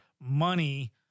money